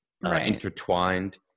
intertwined